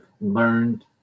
learned